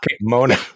Mona